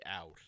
out